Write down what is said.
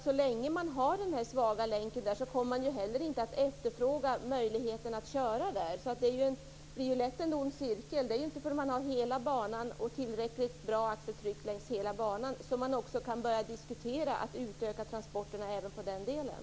Så länge den svaga länken finns kommer man ju inte att efterfråga möjligheten att köra där. Det blir då lätt en ond cirkel. Det är inte förrän man har hela banan och tillräckligt bra axeltryck längs hela banan som man kan börja diskutera att utöka transporterna även på den delen.